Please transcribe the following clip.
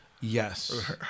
Yes